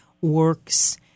works